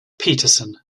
peterson